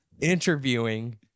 Interviewing